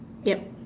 yup